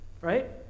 right